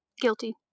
guilty